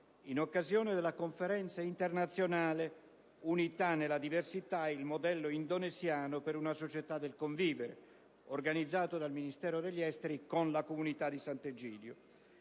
in occasione della conferenza internazionale «Unità nella diversità. Il modello indonesiano per una società del convivere», organizzata dal Ministero degli affari esteri con la comunità di Sant'Egidio.